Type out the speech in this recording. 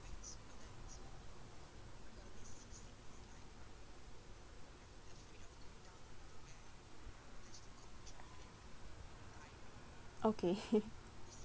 okay